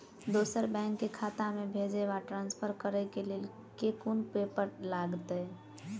दोसर बैंक केँ खाता मे भेजय वा ट्रान्सफर करै केँ लेल केँ कुन पेपर लागतै?